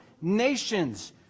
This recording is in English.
nations